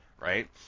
right